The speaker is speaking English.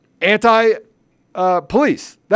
anti-police